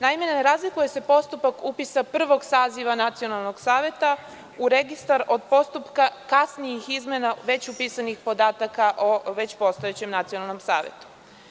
Naime, ne razlikuje se postupak upisa prvog saziva nacionalnog saveta u registar od postupka kasnijih izmena već upisanih podataka o već postojećem nacionalnom savetu.